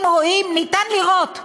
אם רואים, מותר לירות בבן-אדם.